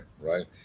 right